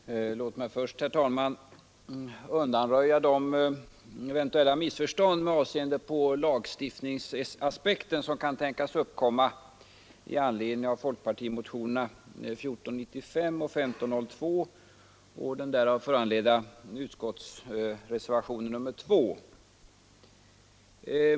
Herr talman! Låt mig först undanröja de eventuella missförstånd med avseende på lagstiftningsaspekten som kan tänkas uppkomma med anledning av folkpartimotionerna 1495 och 1502 och den därav föranledda reservationen 2.